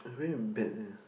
I very bad leh